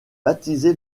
baptisé